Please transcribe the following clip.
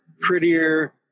Prettier